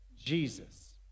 Jesus